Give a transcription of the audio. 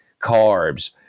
carbs